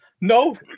No